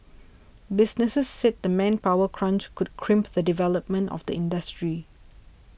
businesses said the manpower crunch could crimp the development of the industry